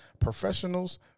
Professionals